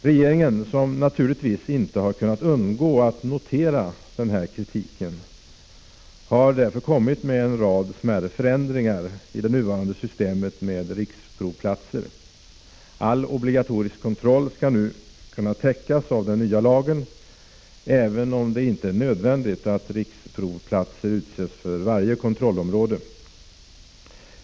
Regeringen, som naturligtvis inte har kunnat undgå att notera denna kritik, har därför kommit med förslag till en rad smärre förändringar i det nuvarande systemet med riksprovplatser. All obligatorisk kontroll skall nu kunna täckas av den nya lagen, även om det inte är nödvändigt att riksprovplatser utses för varje kontrollområde.